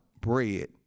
bread